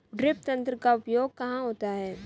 Drip तंत्र का उपयोग कहाँ होता है?